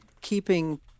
keeping